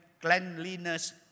cleanliness